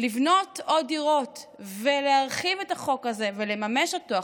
לבנות עוד דירות ולהרחיב את החוק הזה ולממש אותו,